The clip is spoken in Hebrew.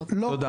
תודה.